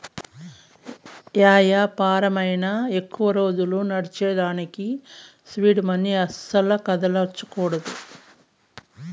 yeah యాపారమైనా ఎక్కువ రోజులు నడ్సేదానికి సీడ్ మనీ అస్సల కదల్సకూడదు